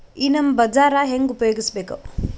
ಈ ನಮ್ ಬಜಾರ ಹೆಂಗ ಉಪಯೋಗಿಸಬೇಕು?